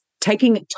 taking